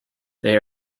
they